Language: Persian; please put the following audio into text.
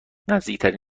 نزدیکترین